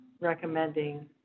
recommending